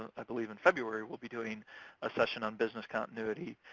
ah i believe in february, will be doing a session on business continuity.